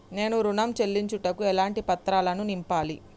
నేను ఋణం చెల్లించుటకు ఎలాంటి పత్రాలను నింపాలి?